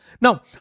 Now